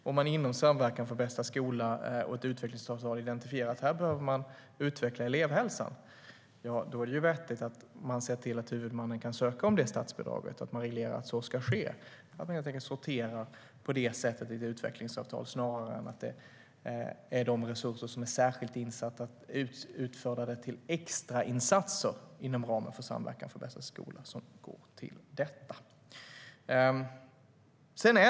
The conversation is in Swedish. Om man inom Samverkan för bästa skola och i utvecklingsavtal identifierar att elevhälsan behöver utvecklas är det vettigt att se till att huvudmannen kan ansöka om statsbidraget och reglerar att så ska ske. Det är helt enkelt bättre att sortera på det sättet i ett utvecklingsavtal än att resurser som är särskilt avsatta för extrainsatser inom ramen för Samverkan för bästa skola går till detta.